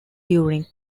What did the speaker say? during